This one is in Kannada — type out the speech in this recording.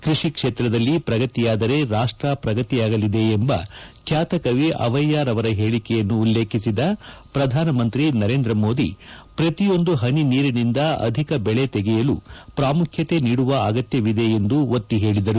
ಕೃಷಿ ಕ್ಷೇತ್ರದಲ್ಲಿ ಪ್ರಗತಿಯಾದರೆ ರಾಷ್ಟ ಪ್ರಗತಿಯಾಗಲಿದೆ ಎಂಬ ಖ್ಯಾತ ಕವಿ ಅವೈಯಾರ್ ಅವರ ಹೇಳಿಕೆಯನ್ನು ಉಲ್ಲೇಖಿಸಿದ ಪ್ರಧಾನಮಂತ್ರಿ ನರೇಂದ್ರ ಮೋದಿ ಪ್ರತಿಯೊಂದು ಪನಿನೀರಿನಿಂದ ಅಧಿಕ ಬೆಳೆ ತೆಗೆಯಲು ಪ್ರಾಮುಖ್ಯತೆ ನೀಡುವ ಅಗತ್ಯವಿದೆ ಎಂದು ಒತ್ತಿ ಹೇಳದರು